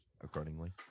accordingly